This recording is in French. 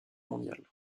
mondiale